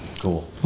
Cool